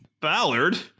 Ballard